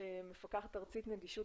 מפקחת ארצית נגישות